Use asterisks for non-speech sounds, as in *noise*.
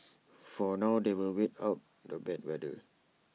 *noise* for now they will wait out the bad weather